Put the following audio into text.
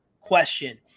question